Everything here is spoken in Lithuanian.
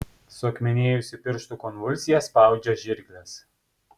suakmenėjusi pirštų konvulsija spaudžia žirkles